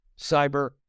cyber